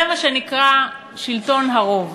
זה מה שנקרא שלטון הרוב.